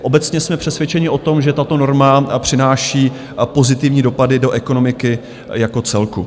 Obecně jsme přesvědčeni o tom, že tato norma přináší pozitivní dopady do ekonomiky jako celku.